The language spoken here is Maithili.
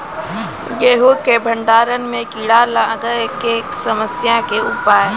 गेहूँ के भंडारण मे कीड़ा लागय के समस्या के उपाय?